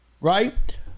right